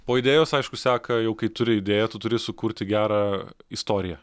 po idėjos aišku seka jau kai turi idėją tu turi sukurti gerą istoriją